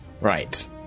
right